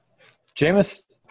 Jameis –